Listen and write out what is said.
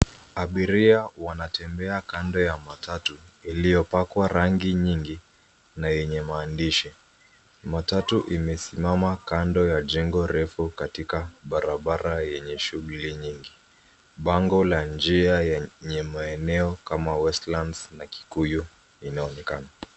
Abiria wanatembea kando ya matatu iliyopakwa rangi nyingi, na yenye maandishi. Matatu imesimama kando ya jengo refu katika barabara yenye shughuli nyingi. Bango la njia yenye maeneo kama, Westlands na Kikuyu inaonekana.